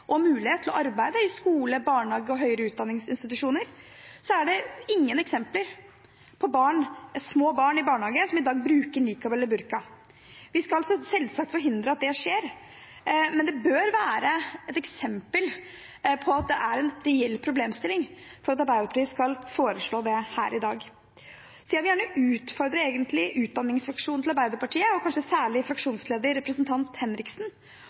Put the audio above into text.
og mulighet til å arbeide i skolen, barnehagen og høyere utdanningsinstitusjoner – er det ingen eksempler på at små barn i barnehagen i dag bruker nikab eller burka. Vi skal selvsagt forhindre at det skjer, men det bør være eksempler på at det er en reell problemstilling for at Arbeiderpartiet skal foreslå det her i dag. Jeg vil gjerne utfordre utdanningsseksjonen til Arbeiderpartiet, og kanskje særlig fraksjonslederen, representanten Henriksen,